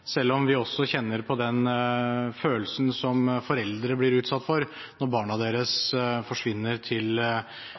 selv om vi også kjenner på den følelsen som foreldre blir utsatt for når barna deres forsvinner til